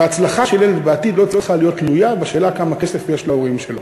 והצלחה של ילד בעתיד לא צריכה תלויה בשאלה כמה כסף יש להורים שלו.